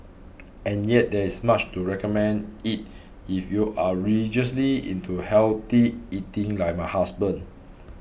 and yet there is much to recommend it if you are religiously into healthy eating like my husband